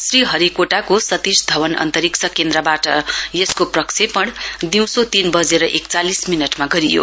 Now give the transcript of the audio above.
श्री हरिकोटाको सतीश धवन अन्तरिक्ष केन्द्रबाट यसको प्रक्षेषण दिउँसो तीन बजेर एकचालिस मिनटमा गरियो